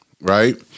right